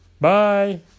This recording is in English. Bye